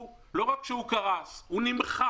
לא רק שהוא יקרוס אלא הוא יימחק.